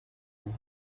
vous